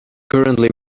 currently